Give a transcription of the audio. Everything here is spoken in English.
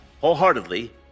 wholeheartedly